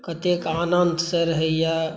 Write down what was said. कतेक आनन्द से रहैए